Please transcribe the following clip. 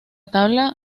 tabla